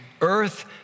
earth